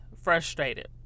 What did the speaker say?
frustrated